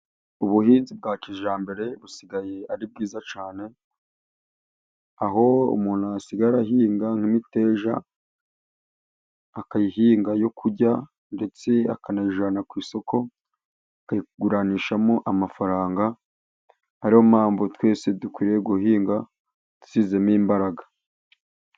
Ubuhinzi bwa kijyambere busigaye ari bwiza cyane, aho umuntu asigaye ahinga nk'imiteja, akayihinga yo kurya ndetse akanayijyana ku isoko akayiguranishamo amafaranga, ari yo mpamvu twese dukwiye guhinga dushyizemo imbaraga.